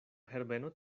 herbeno